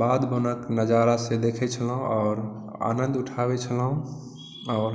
बाध बनक नजारा से देखै छलहुँ आओर आनन्द उठाबै छलहुँ आओर